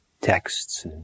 texts